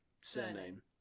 Surname